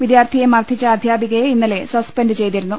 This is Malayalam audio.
വിദ്യാർഥിയെ മർദ്ദിച്ച അധ്യാപികയെ ഇന്നലെ സസ്പെൻഡ് ചെയ്തിരുന്നു